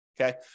Okay